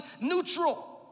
neutral